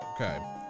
Okay